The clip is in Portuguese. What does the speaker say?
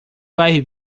vai